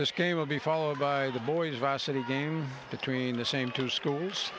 this game will be followed by the boys vos at a game between the same two schools